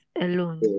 alone